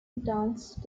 danced